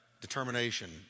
determination